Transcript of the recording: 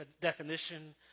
definition